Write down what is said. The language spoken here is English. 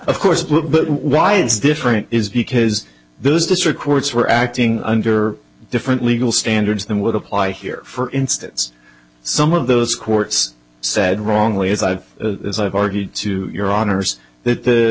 of course why it's different is because those district courts were acting under different legal standards than would apply here for instance some of those courts said wrongly as i have argued to your honor's that the